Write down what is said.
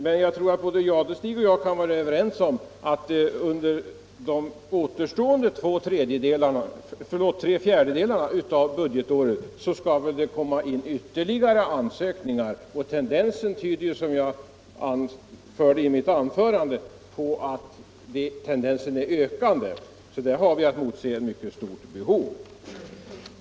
Men herr Jadestig och jag kan väl vara överens om att det under de återstående tre fjärdedelarna av budgetåret bör komma in ytterligare ansökningar. Som jag sade i mitt tidigare anförande är ju tendensen ökande. Vi har därför att emotse ett mycket stort medelsbehov.